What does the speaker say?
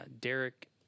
Derek